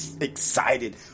excited